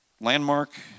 Landmark